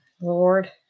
Lord